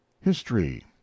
history